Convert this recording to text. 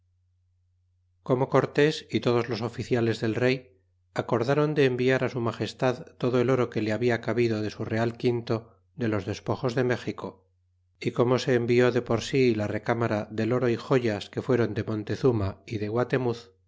como cortés y todos los oficiales del rey acordaron de enviar á su magestad todo el oro que le habla cabido de su real quinto de los despojos de méxico y como se envió de por si la recámara del oro y joyas que fuéron de imontezuma y de guatemur